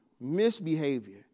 misbehavior